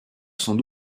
sans